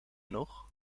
nog